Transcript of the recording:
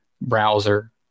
browser